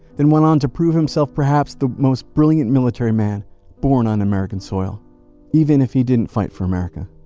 then went on to prove himself perhaps the most brilliant military man born on american soil even if he didn't fight for america.